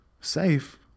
Safe